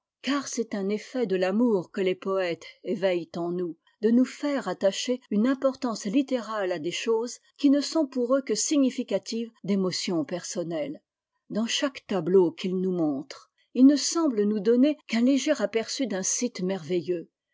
car c'est un effet de l'amour que les poètes éveillent en nous de nous faire attacher une importance littérale à des choses qui ne sont pour eux que significatives d'émotions personnelles dans chaque tableau qu'ils nous montrent ils ne semblent nous donner qu'un léger aperçu d'un site merveilleux